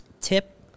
Tip